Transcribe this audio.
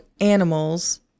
animals